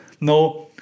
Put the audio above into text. No